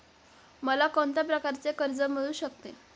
मला कोण कोणत्या प्रकारचे कर्ज मिळू शकते?